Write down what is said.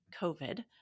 COVID